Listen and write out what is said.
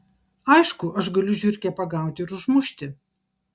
aišku aš galiu žiurkę pagauti ir užmušti